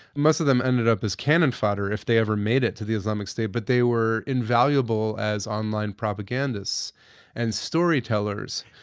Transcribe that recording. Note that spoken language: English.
most of them ended up as cannon fodder if they ever made it to the islamic state, but they were invaluable as online propagandists and storytellers.